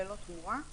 ללא תמורה,